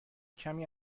کمی